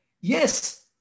yes